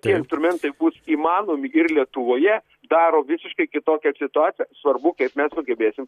tie instrumentai bus įmanomi ir lietuvoje daro visiškai kitokią situaciją svarbu kaip mes sugebėsim